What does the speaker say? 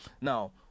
Now